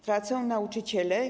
Tracą nauczyciele.